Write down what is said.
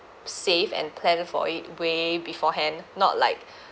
save and plan for it way beforehand not like